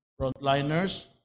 frontliners